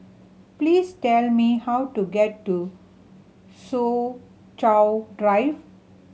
please tell me how to get to Soo Chow Drive